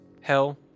hell